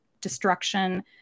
destruction